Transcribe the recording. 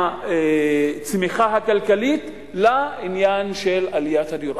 ויותר מהצמיחה הכלכלית לעניין של עליית מחירי הדיור.